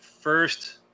first